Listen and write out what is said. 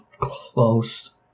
Close